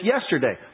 yesterday